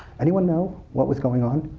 anyone know what was going on?